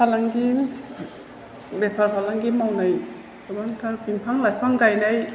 फालांगि बेफार फालांगि मावनाय गोबांथार बिफां लाइफां गायनाय